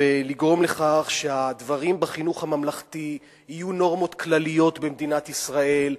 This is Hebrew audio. ולגרום לכך שהדברים בחינוך הממלכתי יהיו נורמות כלליות במדינת ישראל,